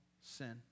sin